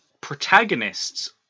protagonists